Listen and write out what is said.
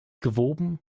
gewoben